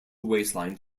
waistline